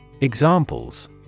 Examples